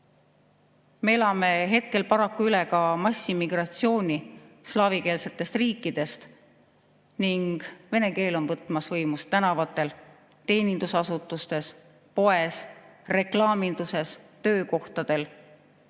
elame hetkel paraku üle ka massiimmigratsiooni slaavikeelsetest riikidest ning vene keel on võtmas võimust tänavatel, teenindusasutustes, poes, reklaaminduses, töökohtadel.